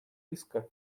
риска